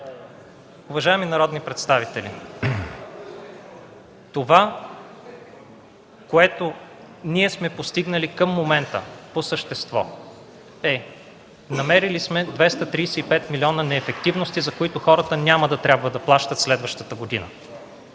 Уважаеми народни представители, това, което ние сме постигнали към момента по същество е: намерили сме 235 млн. неефективности, за които хората няма да трябва да плащат следващата година,